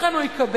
לכן הוא יקבל,